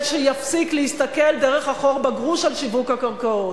שיפסיק להסתכל דרך החור בגרוש על שיווק הקרקעות.